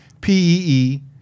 P-E-E